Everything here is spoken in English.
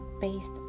based